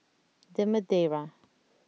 The Madeira